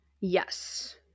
Yes